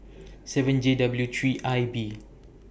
seven J W three I B